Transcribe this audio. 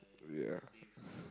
ya